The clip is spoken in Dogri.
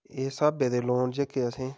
एह् स्हाबै दे लोन च जेह्के असें